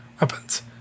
weapons